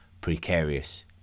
precarious